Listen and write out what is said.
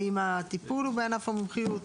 האם הטיפול הוא בענף המומחיות,